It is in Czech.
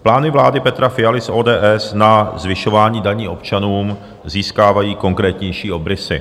Plány vlády Petra Fialy z ODS na zvyšování daní občanům získávají konkrétnější obrysy.